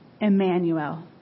Emmanuel